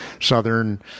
southern